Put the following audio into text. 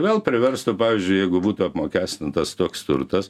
vėl priverstų pavyzdžiui jeigu būtų apmokestintas toks turtas